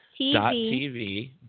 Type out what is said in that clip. TV